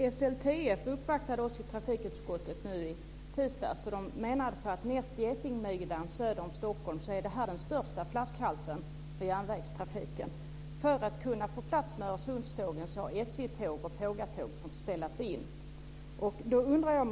Fru talman! SLTF uppvaktade oss i trafikutskottet i tisdags. De menar att näst getingmidjan söder om Stockholm är det här den största flaskhalsen i järnvägstrafiken. För att man ska få plats med Öresundstågen har man fått ställa in SJ-tåg och pågatåg.